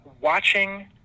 watching